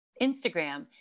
Instagram